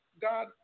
God